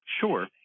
Sure